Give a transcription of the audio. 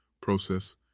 process